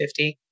50